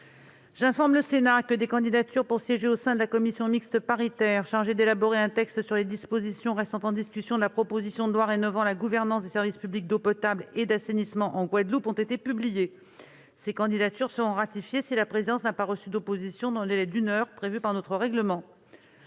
J'informe le Sénat que des candidatures pour siéger au sein de la commission mixte paritaire chargée l'élaborer un texte sur les dispositions restant en discussion de la proposition de loi rénovant la gouvernance des services publics d'eau potable et d'assainissement en Guadeloupe ont été publiées. Ces candidatures seront ratifiées si la présidence n'a pas reçu d'opposition dans le délai d'une heure prévu par notre règlement.